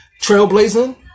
Trailblazing